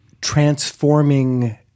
transforming